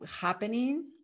happening